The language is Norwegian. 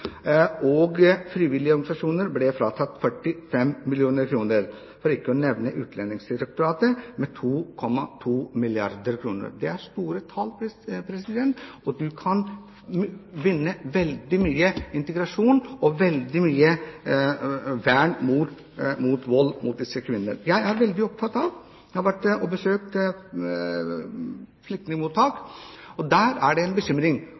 2,2 milliarder kr. Det er store tall. Du kan vinne veldig mye integrasjon og veldig mye vern mot vold mot disse kvinnene her. Jeg er veldig opptatt av og har besøkt flyktningmottak. Der er det en bekymring.